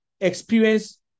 experience